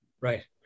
Right